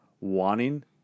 wanting